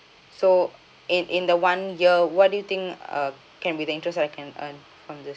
so in in the one year what do you think uh can be the interest rate I can earn from this